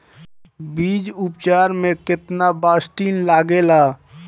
बीज उपचार में केतना बावस्टीन लागेला?